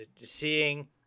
seeing